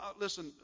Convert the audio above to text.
listen